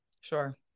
Sure